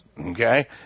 okay